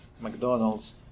McDonald's